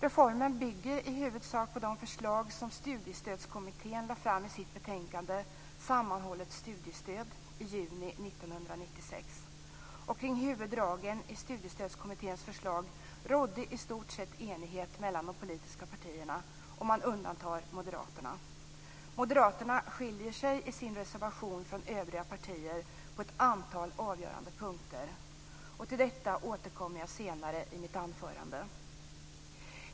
Reformen bygger i huvudsak på de förslag som Sammanhållet studiestöd i juni 1996. Kring huvuddragen i Studiestödskommitténs förslag rådde i stort sett enighet mellan de politiska partierna, om man undantar moderaterna. Moderaterna skiljer sig i sin reservation från övriga partier på ett antal avgörande punkter. Till detta återkommer jag senare i mitt anförande.